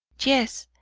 yes,